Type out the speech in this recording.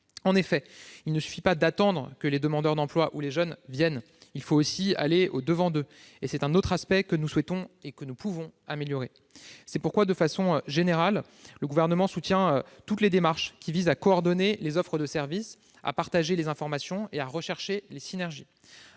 En effet, il ne suffit pas d'attendre que les demandeurs d'emploi ou les jeunes viennent ; il faut aussi aller au-devant d'eux. C'est un aspect que nous souhaitons et que nous pouvons améliorer. C'est pourquoi, de façon générale, le Gouvernement soutient toutes les démarches qui visent à coordonner les offres de services, à partager les informations et à rechercher les synergies.